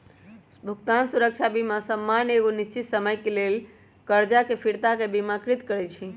भुगतान सुरक्षा बीमा सामान्य एगो निश्चित समय के लेल करजा के फिरताके बिमाकृत करइ छइ